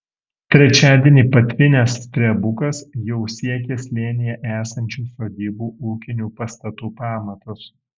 trečiadienį patvinęs strebukas jau siekė slėnyje esančių sodybų ūkinių pastatų pamatus